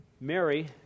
Mary